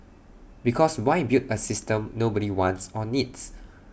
because why build A system nobody wants or needs